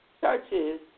churches